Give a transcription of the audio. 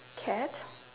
cat